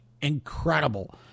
incredible